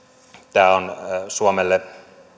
tämä on suomelle